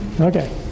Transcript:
Okay